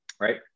Right